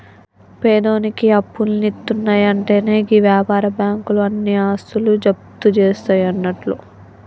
పేదోనికి అప్పులిత్తున్నయంటెనే గీ వ్యాపార బాకుంలు ఆని ఆస్తులు జప్తుజేస్తయన్నట్లు